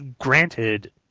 granted